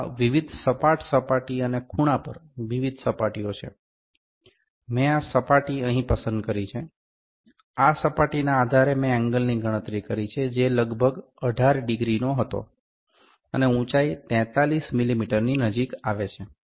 તેમાં વિવિધ સપાટ સપાટી અને ખૂણા પર વિવિધ સપાટીઓ છે મેં આ સપાટી અહીં પસંદ કરી છે આ સપાટીના આધારે મેં એંગલની ગણતરી કરી છે જે લગભગ 18 ડિગ્રી હતો અને ઉંચાઇ 43 મીમીની નજીક આવે છે